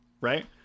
right